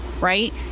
right